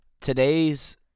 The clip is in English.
Today's